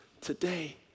today